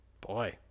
Boy